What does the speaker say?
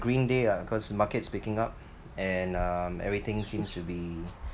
green day ah because market's picking up and um everything seems to be